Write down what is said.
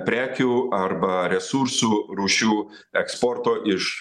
prekių arba resursų rūšių eksporto iš